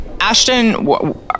Ashton